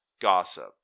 gossip